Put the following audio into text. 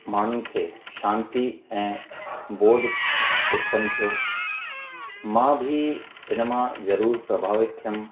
माण्हुनि खे शांती ऐं बोध उत्पन्न थियो मां बि इनमां ज़रूरु प्रभावित थियुमि